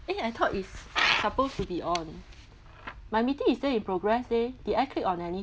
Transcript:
eh I thought it's supposed to be on my meeting it say in progress eh did I click on anything